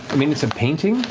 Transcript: i mean, it's a painting,